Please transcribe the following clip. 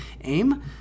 Aim